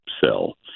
sell